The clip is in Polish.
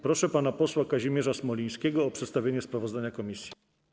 Proszę pana posła Kazimierza Smolińskiego o przedstawienie sprawozdania komisji.